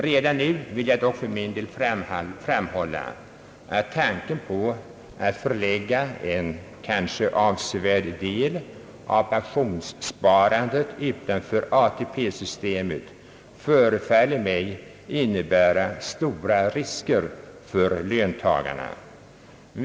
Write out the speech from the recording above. Redan nu vill jag dock för min del framhålla, att tanken på att förlägga en kanske avsevärd del av pensionssparandet utanför ATP-systemet förefaller mig innebära stora risker för löntagarna.